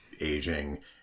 aging